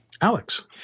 Alex